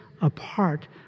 apart